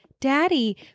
Daddy